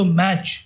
match